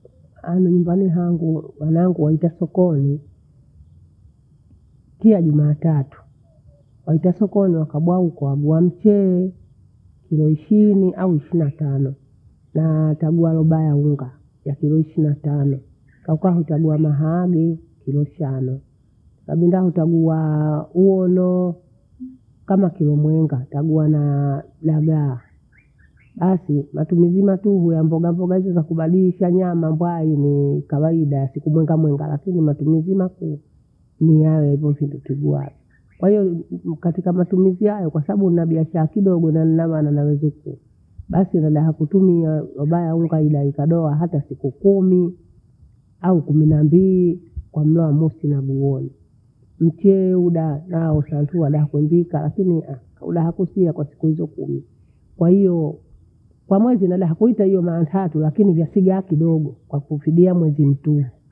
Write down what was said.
Hani nyumbani hangu wanangu waenda sokoni, kila jumatatu. Kwauta sokoni wakabwa nkoaji wa mchele, kilo ishirini au ishina tano. Naa tabia yoba yeleka cha kilo ishini na tano. Kwakua mtaji wa mhage kilo shano, nabinda ntaguaa uwolo kama kilo mwenga, ntagua naa dagaa. Basi matumizi mateho ya mbogamboga hizi zakubadilisha nyamba mbayiroo kawaida siku mwenga mwenga lakini natumia zima kuu, hiyo yayezo sikutegoae. Haye ni- nikatika matumizi yangu kwasababu nina biashara kidogo na nina wana waweze kula. Basi baada ya kutumia heda ya unga ida ikadoa hata siku kumi au kumi na mbili kwa muda mwezi nimiwili. Mchele uda na ukawekewa daha kombita asili we, huna hakutia kwasiku hizo kumi. Kwahiyoo kwamwezi bwana akuhita hiyo vaantatu lakini vafidia kidogo, kwafidia mwezi mtuhu.